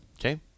Okay